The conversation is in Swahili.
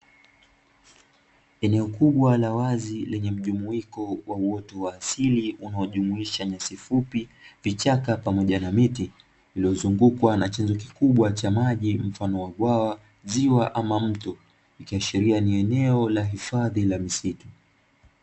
Eneo kubwa la wazi lenye mjumuiko wa uoto wa asili unaojumuisha nyasi fupi, vichaka, pamoja na miti. Iliyozungukwa na chanzo kikubwa cha maji mfano wa bwawa, ziwa, ama mto. Ikiashiria ni eneo la hifadhi la misitu.